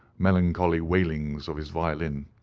melancholy wailings of his violin,